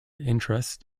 interest